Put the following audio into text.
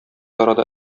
арада